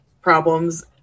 problems